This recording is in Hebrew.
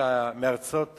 מה זה הרכוש,